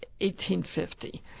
1850